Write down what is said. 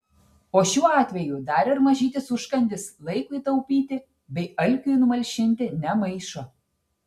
o šiuo atveju dar ir mažytis užkandis laikui taupyti bei alkiui numalšinti nemaišo